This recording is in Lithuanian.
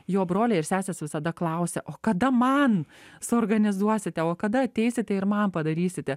jo broliai ir sesės visada klausia o kada man suorganizuosite o kada ateisite ir man padarysite